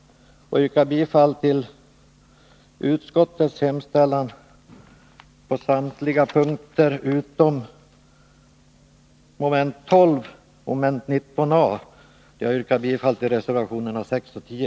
Jag yrkar bifall till utskottets hemställan på samtliga punkter, utom när det gäller mom. 12 och 19 a, där jag yrkar bifall till reservationerna 6 och 10.